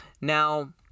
Now